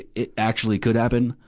it, it actually could happen.